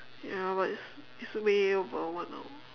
ya but it's it's way over one hour